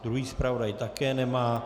Druhý zpravodaj také nemá.